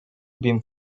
bin